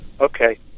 Okay